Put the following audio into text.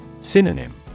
Synonym